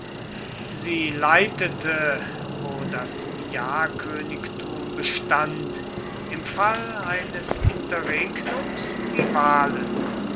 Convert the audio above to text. sie leitete wo das jahrkönigtum bestand im fall eines interregnums die wahlen